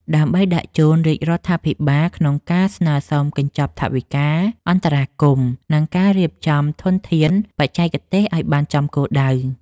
ដើម្បីដាក់ជូនរាជរដ្ឋាភិបាលក្នុងការស្នើសុំកញ្ចប់ថវិកាអន្តរាគមន៍ និងការរៀបចំធនធានបច្ចេកទេសឱ្យបានចំគោលដៅ។